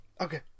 Okay